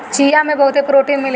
चिया में बहुते प्रोटीन मिलेला